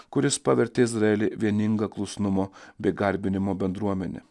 kuris pavertė izraelį vieninga klusnumo bei garbinimo bendruomene